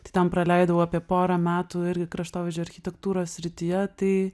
tai ten praleidau apie porą metų irgi kraštovaizdžio architektūros srityje tai